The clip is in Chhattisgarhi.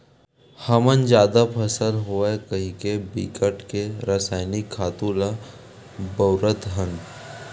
हमन जादा फसल होवय कहिके बिकट के रसइनिक खातू ल बउरत हन